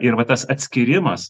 ir va tas atskyrimas